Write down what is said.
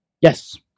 Yes